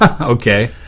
Okay